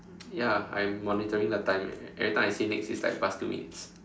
ya I am monitoring the time every time I say next it's like past two minutes